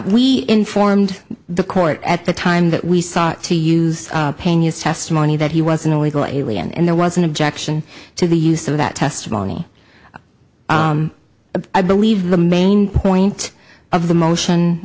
we informed the court at the time that we sought to use paying his testimony that he was an illegal alien and there was an objection to the use of that testimony but i believe the main point of the motion